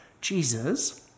Jesus